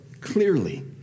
clearly